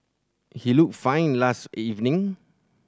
he looked fine last evening